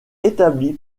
établi